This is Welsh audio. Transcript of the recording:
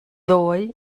ddoe